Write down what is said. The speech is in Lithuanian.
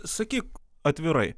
sakyk atvirai